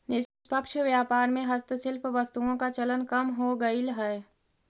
निष्पक्ष व्यापार में हस्तशिल्प वस्तुओं का चलन कम हो गईल है